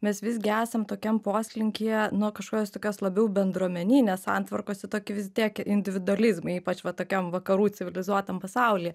mes visgi esam tokiam poslinkyje nuo kažkokios tokios labiau bendruomeninės santvarkos į tokį vis tiek individualizmą ypač va tokiam vakarų civilizuotam pasauly